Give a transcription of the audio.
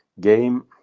game